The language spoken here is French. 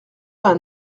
vingt